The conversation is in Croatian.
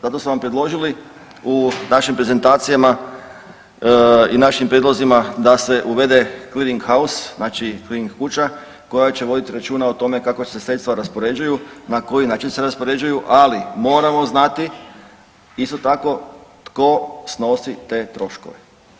Zato smo vam predložili u našim prezentacijama i našim prijedlozima da se uvede cleaning house znači cleaning kuća koja će voditi računa o tome kako se sredstva raspoređuju, na koji način se raspoređuju, ali moramo znati isto tako tko snosi te troškove.